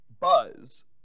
Buzz